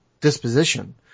disposition